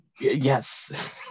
Yes